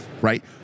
Right